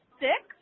six